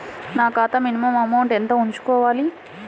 నా ఖాతా minimum amount ఎంత ఉంచుకోవాలి?